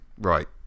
right